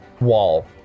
wall